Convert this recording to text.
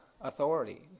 authority